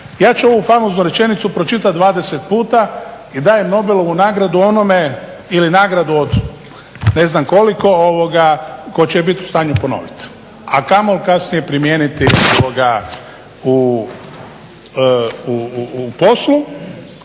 Ja ću ovu famoznu rečenicu pročitat dvadeset puta i dajem Nobelovu nagradu onome ili nagradu od ne znam koliko ko će je bit u stanju ponovit, a kamoli kasnije primijeniti u poslu.